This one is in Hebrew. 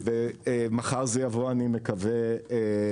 אני מקווה,